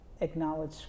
acknowledge